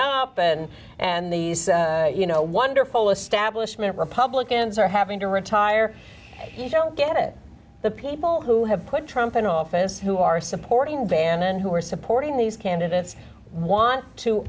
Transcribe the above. up and and these you know wonderful establishment republicans are having to retire you don't get it the people who have put trump in office who are supporting bannon who are supporting these candidates want to